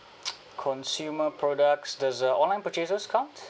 consumer products does uh online purchases counts